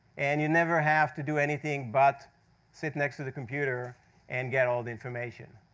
and you never have to do anything but sit next to the computer and get all the information.